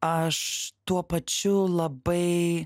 aš tuo pačiu labai